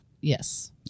Yes